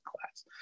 class